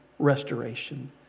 restoration